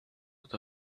with